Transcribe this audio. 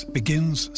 begins